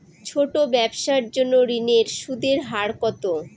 ছোট ব্যবসার জন্য ঋণের সুদের হার কত?